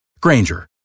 Granger